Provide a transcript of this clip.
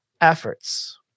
efforts